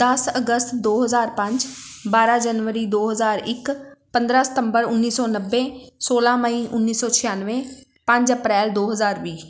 ਦਸ ਅਗਸਤ ਦੋ ਹਜ਼ਾਰ ਪੰਜ ਬਾਰਾਂ ਜਨਵਰੀ ਦੋ ਹਜ਼ਾਰ ਇੱਕ ਪੰਦਰਾਂ ਸਤੰਬਰ ਉੱਨੀ ਸੌ ਨੱਬੇ ਸੋਲਾਂ ਮਈ ਉੱਨੀ ਸੌ ਛਿਆਨਵੇਂ ਪੰਜ ਅਪ੍ਰੈਲ ਦੋ ਹਜ਼ਾਰ ਵੀਹ